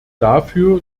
dafür